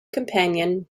companion